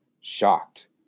shocked